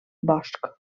bosc